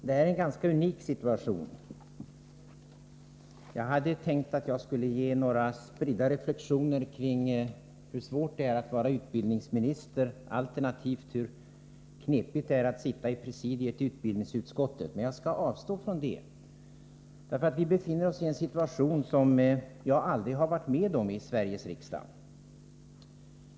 Fru talman! Jag hade tänkt att jag skulle ge några spridda reflexioner kring hur svårt det är att vara utbildningsminister, alternativt hur knepigt det är att sitta i presidiet i utbildningsutskottet, men jag skall avstå från det, därför att vi befinner oss i en situation som jag aldrig varit med om tidigare i Sveriges riksdag.